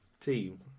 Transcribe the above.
team